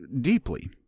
deeply